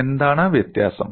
എന്താണ് വ്യത്യാസം